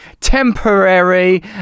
temporary